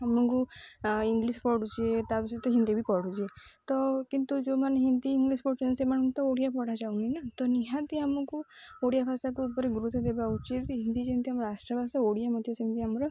ଆମକୁ ଇଂଲିଶ ପଢ଼ୁଛେ ତା' ବି ସହିତ ହିନ୍ଦୀ ବି ପଢ଼ୁଛେ ତ କିନ୍ତୁ ଯେଉଁମାନେ ହିନ୍ଦୀ ଇଂଲିଶ ପଢ଼ୁଛନ୍ତି ସେମାନଙ୍କୁ ତ ଓଡ଼ିଆ ପଢ଼ାଯାଉନି ନା ତ ନିହାତି ଆମକୁ ଓଡ଼ିଆ ଭାଷାକୁ ଉପରେ ଗୁରୁତ୍ୱ ଦେବା ଉଚିତ ହିନ୍ଦୀ ଯେମିତି ଆମ ରାଷ୍ଟ୍ରଭାଷା ଓଡ଼ିଆ ମ ମଧ୍ୟ ସେମିତି ଆମର